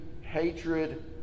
hatred